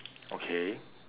okay